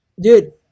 Dude